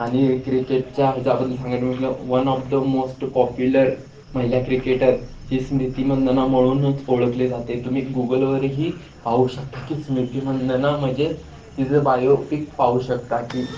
आणि क्रिकेटच्या ह्याच्याबद्दल सांगायचं म्हटलं one of the most popular महिला क्रिकेटर ही स्मृती मंदना म्हणूनच ओळखली जाते तुम्ही गुगलवरही पाहू शकता की स्मृती मंदना म्हणजे तिचं बायो पिक पाहू शकता की